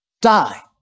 die